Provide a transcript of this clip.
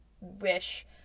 wish